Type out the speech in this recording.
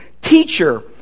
Teacher